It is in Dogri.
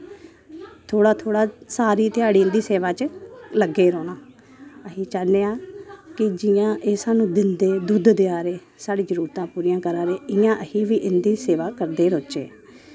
थोह्ड़ा थोह्ड़ा सारी ध्याड़ी उंदी सेवा च लग्गे रौह्ना अस चाह्ने आं कि जि'यां एह् स्हानू दिंदे दुध्द देआ दे साढ़ियां जरूरतां पूरियां करा दे इयां अस बी इंदी सेवा करदे रौह्च्चै